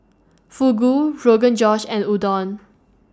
Fugu Rogan Josh and Udon